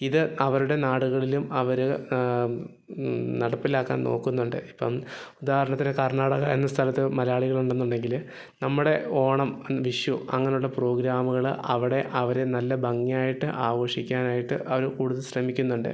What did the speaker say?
ഇത് അവരുടെ നാടുകളിലും അവർ നടപ്പിലാക്കാൻ നോക്കുന്നുണ്ട് ഇപ്പം ഉദാഹരണത്തിന് കർണ്ണാടക എന്ന സ്ഥലത്ത് മലയാളികൾ ഉണ്ടെന്നുണ്ടെങ്കിൽ നമ്മുടെ ഓണം വിഷു അങ്ങനെയുള്ള പ്രോഗ്രാമുകൾ അവിടെ അവർ നല്ല ഭംഗിയായിട്ട് ആഘോഷിക്കാനായിട്ട് അവർ കൂടുതൽ ശ്രമിക്കുന്നുണ്ട്